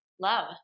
love